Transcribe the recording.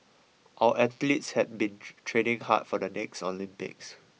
our athletes have been training hard for the next Olympics